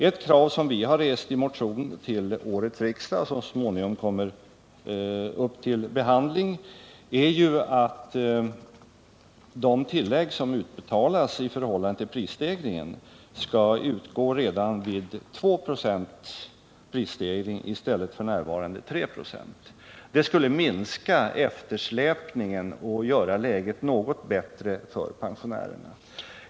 Ett krav som vpk har rest i en motion till årets riksdag och som så småningom kommer upp till behandling är att de tillägg som utgår i förhållande till prisstegringarna skall betalas redan vid två procents prisstegring i stället för nuvarande tre procents prisstegring. Det skulle minska eftersläpningen och göra läget något bättre för pensionärerna.